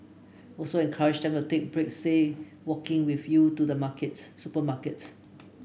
also encourage them to take breaks say walking with you to the market supermarket